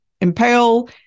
impale